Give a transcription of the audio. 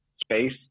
space